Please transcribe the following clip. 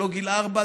זה לא גיל ארבע,